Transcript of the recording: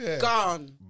Gone